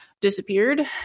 disappeared